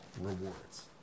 rewards